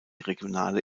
regionale